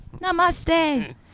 Namaste